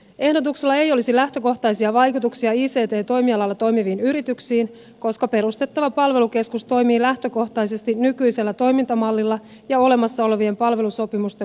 ehdotuksella ei olisi lähtökohtaisia vaikutuksia ict toimialalla toimiviin yrityksiin koska perustettava palvelukeskus toimii lähtökohtaisesti nykyisellä toimintamallilla ja olemassa olevien palvelusopimusten mukaisesti